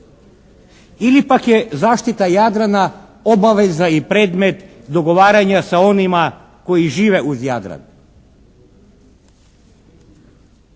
Ili pak je zaštita Jadrana obaveza i predmet dogovaranja sa onima koji žive uz Jadran?